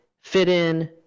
fit-in